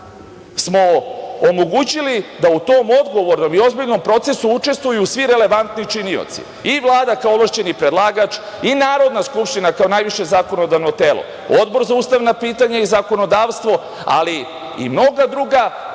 smo omogućili da u tom odgovoru, da bi u ozbiljnom procesu učestvovali svi relevantni činioci, i Vlada kao ovlašćeni predlagač, i Narodna skupština kao najviše zakonodavno telo, Odbor za ustavna pitanja i zakonodavstvo, ali i mnoga druga